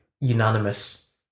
unanimous